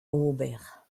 ober